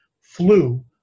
flew